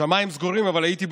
השמיים סגורים, אבל הייתי בחו"ל.